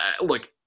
look